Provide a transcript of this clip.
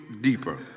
deeper